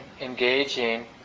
engaging